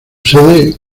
sede